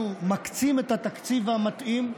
אנחנו מקצים את התקציב המתאים,